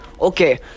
Okay